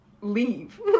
leave